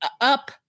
up